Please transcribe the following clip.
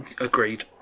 Agreed